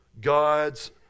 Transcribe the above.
God's